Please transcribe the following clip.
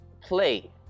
play